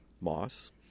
moss